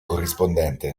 corrispondente